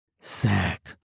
sack